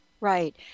Right